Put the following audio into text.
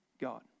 God